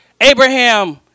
Abraham